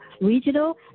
regional